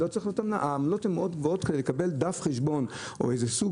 העמלות כדי לקבל דף חשבון או איזה סוג